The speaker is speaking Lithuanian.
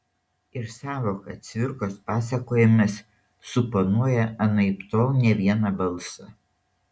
ir sąvoka cvirkos pasakojimas suponuoja anaiptol ne vieną balsą